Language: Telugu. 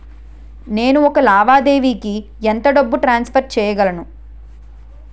నేను ఒక లావాదేవీకి ఎంత డబ్బు ట్రాన్సఫర్ చేయగలను?